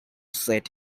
set